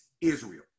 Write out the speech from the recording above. Israel